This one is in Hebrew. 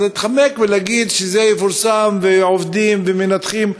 אז להתחמק ולהגיד שזה יפורסם ועובדים ומנתחים,